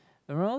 around